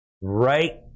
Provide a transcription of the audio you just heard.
right